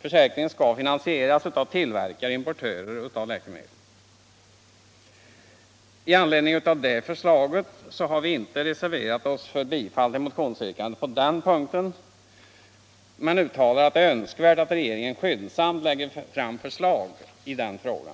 Försäkringen skall finansieras av tillverkare och importörer av läkemedel. I anledning av detta förslag så har vi inte reserverat oss för bifall till motionsyrkandet i denna punkt men uttalar att det är önskvärt att regeringen skyndsamt lägger fram förslag i denna fråga.